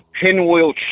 pinwheel